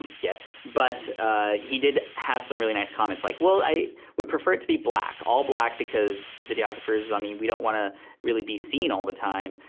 um yet, but he did have some really nice comments, like, well, i would prefer it to be black, all black because videographers, i mean we don't wanna really be seen all the time.